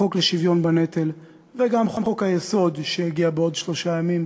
החוק לשוויון בנטל וגם חוק-היסוד שיגיע בעוד שלושה ימים,